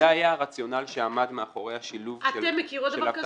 זה היה הרציונל שעמד מאחורי השילוב של הבטחת